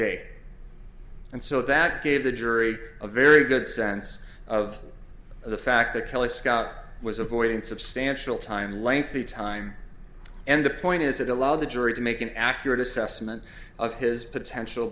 day and so that gave the jury a very good sense of the fact that killer scott was avoiding substantial time and lengthy time and the point is that a lot of the jury to make an accurate assessment of his potential